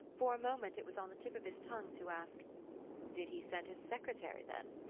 for a moment it was on the tip of his tongue to ask did he send his secretary, then?